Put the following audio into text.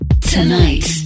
Tonight